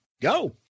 Go